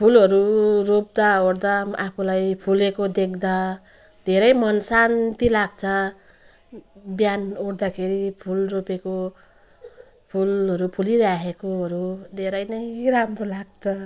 फुलहरू रोप्दाओर्दा आफूलाई फुलेको देख्दा धेरै मन शान्ति लाग्छ बिहान उठ्दाखेरि फुल रोपेको फुलहरू फुलिरहेकोहरू धेरै नै राम्रो लाग्छ